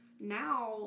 now